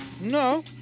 No